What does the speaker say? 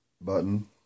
button